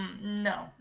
no